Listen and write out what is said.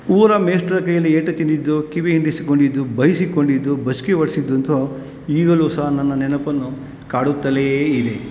ಊರ ಮೇಷ್ಟರ ಕೈಯಲ್ಲಿ ಏಟು ತಿಂದಿದ್ದು ಕಿವಿ ಹಿಂಡಿಸಿಕೊಂಡಿದ್ದು ಬೈಸಿಕೊಂಡಿದ್ದು ಬಸ್ಕಿ ಹೊಡಿಸಿದ್ದಂತೂ ಈಗಲೂ ಸಹ ನನ್ನ ನೆನಪನ್ನು ಕಾಡುತ್ತಲೇ ಇದೆ